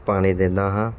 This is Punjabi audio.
ਪਾਣੀ ਦਿੰਦਾ ਹਾਂ